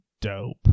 dope